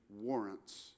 warrants